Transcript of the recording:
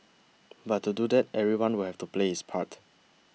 but to do that everyone will have to play his part